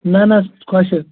نہ نہ خۄشِک